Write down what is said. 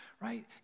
right